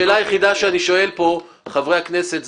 מבחינת דיני בחירות לא